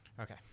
Okay